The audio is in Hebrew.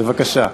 בבקשה.